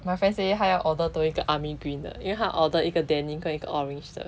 my friend say 她要 order 多一个 army green 的因为她 order 一个 denim 的跟一个 orange 的